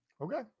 Okay